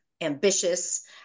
ambitious